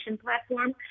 platform